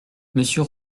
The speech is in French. monsieur